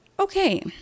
okay